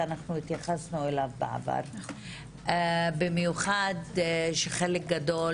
התייחסנו אליו בעבר; במיוחד כשחלק גדול